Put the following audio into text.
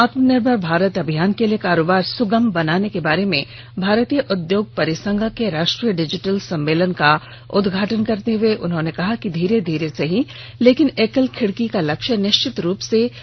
आत्मनिर्भर भारत अभियान के लिए कारोबार सुगम बनाने के बारे में भारतीय उद्योग परिसंघ के राष्ट्रीय डिजिटल सम्मेलन का उदघाटन करते हुए उन्होंने कहा कि धीरे धीरे ही सही लेकिन एकल खिड़की का लक्ष्य निश्चित रूप से हासिल किया जाएगा